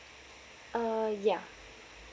uh ya